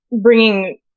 bringing